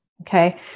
Okay